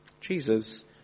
Jesus